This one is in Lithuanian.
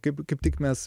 kaip kaip tik mes